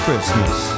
Christmas